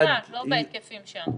קרה, לא בהיקפים שם.